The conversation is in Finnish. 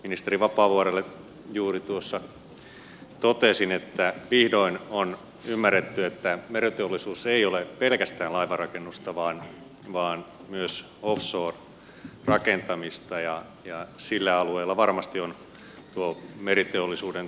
ministeri vapaavuorelle juuri tuossa totesin että vihdoin on ymmärretty että meriteollisuus ei ole pelkästään laivanrakennusta vaan myös offshore rakentamista ja sillä alueella varmasti on meriteollisuuden tulevaisuus